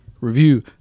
review